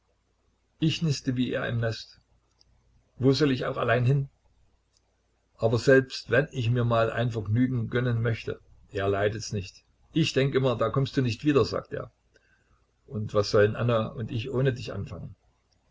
ich niste wie er im nest wo soll ich auch allein hin aber selbst wenn ich mir mal ein vergnügen gönnen möchte er leidet's nicht ich denke immer du kommst nicht wieder sagt er und was sollten anna und ich ohne dich anfangen